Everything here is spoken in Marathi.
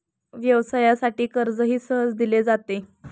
व्यवसायासाठी कर्जही सहज दिले जाते